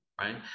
right